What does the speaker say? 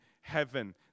heaven